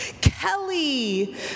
Kelly